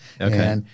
Okay